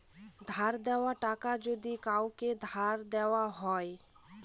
ধার দেওয়া টাকা যদি কাওকে ধার দেওয়া হয়